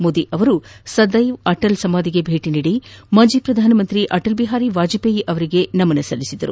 ಮೋದಿ ಅವರು ಸದ್ಯೆವ್ ಅಟಲ್ ಸಮಾಧಿಗೆ ಭೇಟಿ ನೀದಿ ಮಾಜಿ ಪ್ರಧಾನಮಂತ್ರಿ ಅಟಲ್ ಬಿಹಾರಿ ವಾಜಪೇಯ್ ಅವರಿಗೆ ನಮನ ಸಲ್ಲಿಸಿದರು